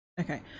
Okay